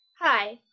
Hi